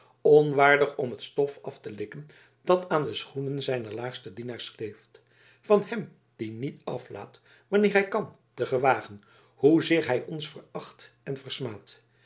onwaardig om het stof af te likken dat aan de schoenen zijner laagste dienaars kleeft van hem die niet aflaat wanneer hij kan te gewagen hoezeer hij ons veracht en